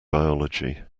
biology